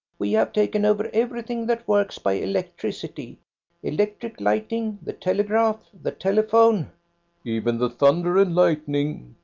we have taken over everything that works by electricity electric lighting, the telegraph, the telephone even the thunder and lightning,